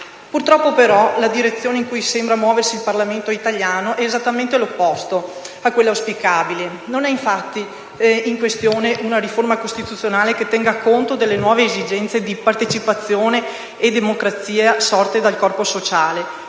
Purtroppo, però, la direzione in cui sembra muoversi il Parlamento italiano è esattamente opposta a quella auspicabile. Non è infatti in questione una riforma costituzionale che tenga conto delle nuove esigenze di partecipazione e democrazia sorte dal corpo sociale.